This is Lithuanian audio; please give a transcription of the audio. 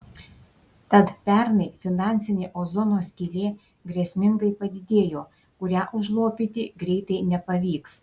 tad pernai finansinė ozono skylė grėsmingai padidėjo kurią užlopyti greitai nepavyks